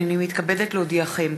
הנני מתכבדת להודיעכם,